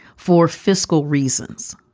for fiscal reasons